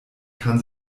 kann